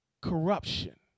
Corruption